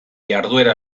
jarduera